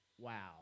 wow